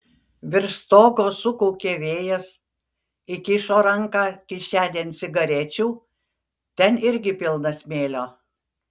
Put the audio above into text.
virš stogo sukaukė vėjas įkišo ranką kišenėn cigarečių ten irgi pilna smėlio